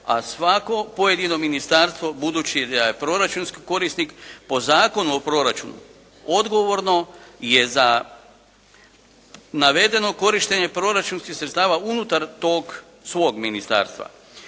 a svako pojedino ministarstvo budući da je proračunski korisnik po Zakonu o proračunu odgovorno je za navedeno korištenje proračunskih sredstava unutar tog svog ministarstva.